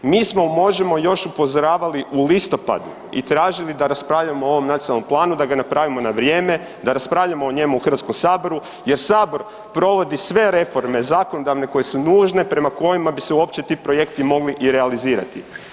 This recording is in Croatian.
Mi smo u Možemo još upozoravali u listopadu i tražili da raspravljamo o ovom Nacionalnom planu da ga napravimo na vrijeme, da raspravljamo o njemu u HS-u jer Sabor provodi sve reforme zakonodavne koje su nužne, prema kojima bi se uopće ti projekti mogli i realizirati.